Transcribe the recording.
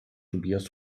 tobias